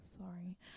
sorry